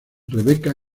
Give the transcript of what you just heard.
rebecca